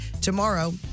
tomorrow